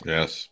Yes